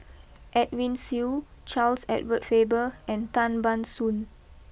Edwin Siew Charles Edward Faber and Tan Ban Soon